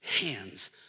hands